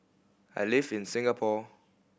I live in Singapore